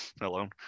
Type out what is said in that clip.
alone